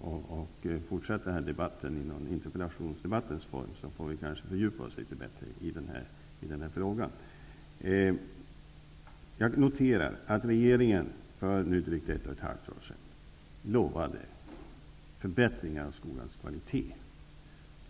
och fortsätta debatten i interpellationsdebattens form, så att vi kan fördjupa oss litet bättre i den här frågan. Jag kan notera att regeringen för drygt ett och ett halvt år sedan lovade förbättringar av skolans kvalitet.